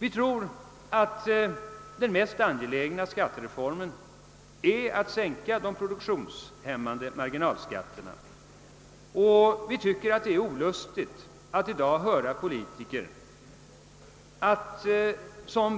Vi tror att den mest angelägna skattereformen är att sänka den produktionshämmande marginalskatten. Det är olustigt att i dag höra politiker